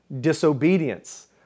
disobedience